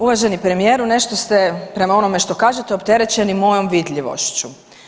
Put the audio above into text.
Uvaženi premijeru nešto ste prema onome što kažete opterećeni mojom vidljivošću.